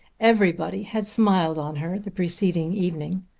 everybody had smiled on her the preceding evening,